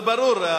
זה ברור.